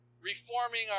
Reforming